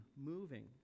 moving